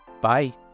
Bye